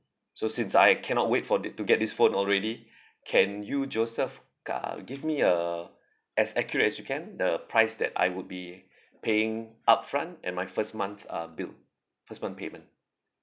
so since I cannot wait for t~ to get this phone already can you joseph ca~ give me a as accurate as you can the price that I would be paying upfront and my first month uh bill first month payment